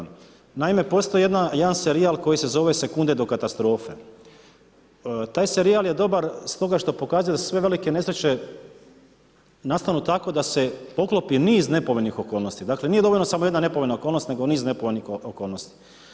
Naime, postoji jedan serijal koji se zove „Sekunde do katastrofe“, taj serijal je dobar stoga što pokazuje da su sve velike nesreće nastanu tako da se poklopi niz nepovoljnih okolnosti, dakle nije dovoljna samo jedna nepovoljna okolnost nego niz nepovoljnih okolnosti.